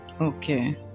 Okay